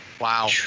Wow